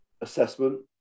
assessment